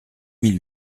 mille